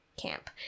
camp